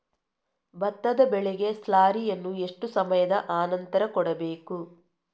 ಭತ್ತದ ಬೆಳೆಗೆ ಸ್ಲಾರಿಯನು ಎಷ್ಟು ಸಮಯದ ಆನಂತರ ಕೊಡಬೇಕು?